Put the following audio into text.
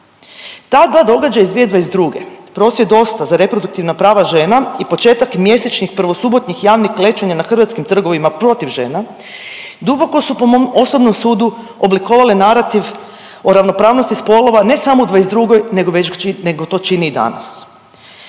Ta dva događaja iz 2022. prosvjed „Dosta za reproduktivna prava žena“ i početak mjesečnih prvosubotnjih javnih klečanja na hrvatskim trgovima protiv žena, duboko su po mom osobnom sudu oblikovale narativ o ravnopravnosti spolova ne samo u '22. nego to čini i danas.